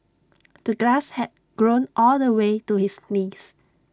the glass had grown all the way to his knees